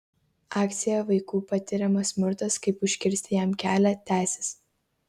akcija vaikų patiriamas smurtas kaip užkirsti jam kelią tęsis